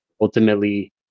ultimately